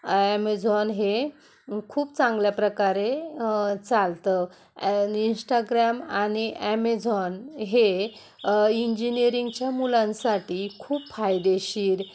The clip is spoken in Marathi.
ॲमेझॉन हे खूप चांगल्या प्रकारे चालतं ॲन इंस्टाग्राम आणि ॲमेझॉन हे इंजिनिअरिंगच्या मुलांसाठी खूप फायदेशीर